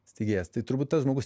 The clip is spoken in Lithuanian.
steigėjas tai turbūt tas žmogus